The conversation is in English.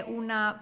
una